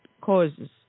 causes